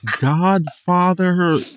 Godfather